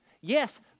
Yes